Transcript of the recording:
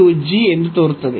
ಇದು g ಎಂದು ತೋರುತ್ತದೆ